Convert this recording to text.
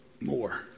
more